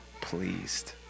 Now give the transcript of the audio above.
pleased